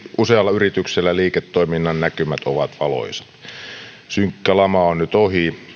usealla yrityksellä liiketoiminnan näkymät ovat valoisat synkkä lama on nyt ohi